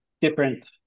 different